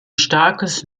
starkes